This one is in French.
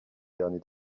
derniers